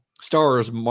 stars